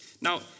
Now